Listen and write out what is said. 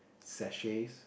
sachets